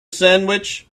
sandwich